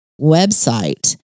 website